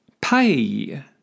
pay